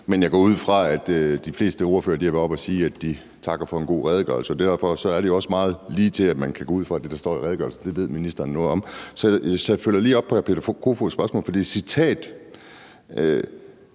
Men jeg går ud fra, at de fleste ordførere har været oppe at sige, at de takker for en god redegørelse. Derfor er det jo også meget ligetil, at man kan gå ud fra, at det, der står i redegørelsen, ved ministeren noget om. Så jeg følger lige op på hr. Peter Kofods spørgsmål til citatet